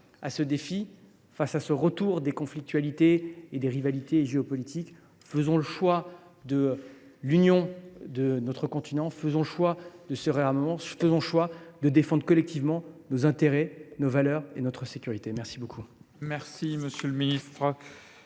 à ce défi, face à ce retour des conflictualités et des rivalités géopolitiques, faisons le choix de l’union de notre continent. Faisons le choix du réarmement et de la défense collective de nos intérêts, de nos valeurs et de notre sécurité. La parole